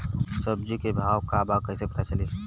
सब्जी के भाव का बा कैसे पता चली?